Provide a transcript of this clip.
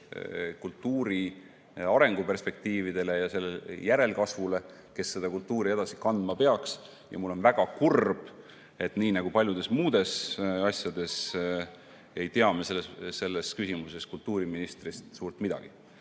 kultuuri arenguperspektiividele ja sellele järelkasvule, kes seda kultuuri edasi kandma peaks. Mul on väga kurb meel, et nii nagu paljudes muudes asjades ei tea me selles küsimuses kultuuriministrist suurt midagi.